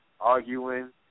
arguing